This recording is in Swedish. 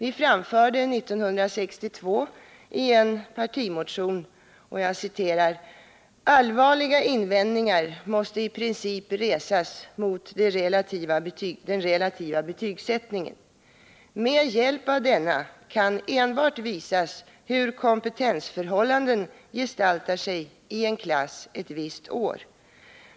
1962 framförde vi i en motion: ” Allvarliga invändningar måste i princip resas mot den relativa betygssättningen. Med hjälp av denna kan enbart visas hur kompetensförhållandena gestaltar sig i en klass ett visst år.